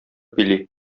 били